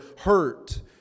hurt